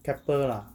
keppel lah